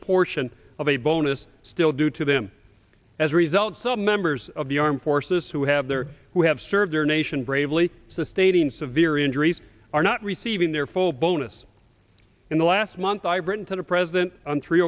portion of a bonus still due to them as a result some members of the armed forces who have their or who have served their nation bravely sustaining severe injuries are not receiving their full bonus in the last month i've written to the president on three